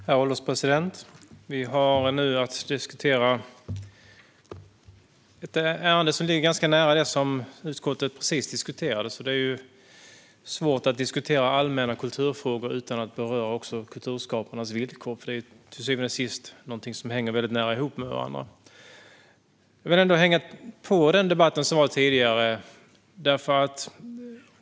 Herr ålderspresident! Vi har nu att diskutera ett ärende som ligger ganska nära det som utskottet precis diskuterade. Det är svårt att diskutera allmänna kulturfrågor utan att också beröra kulturskaparnas villkor, för detta hänger till syvende och sist väldigt nära ihop. Jag vill hänga på den tidigare debatten.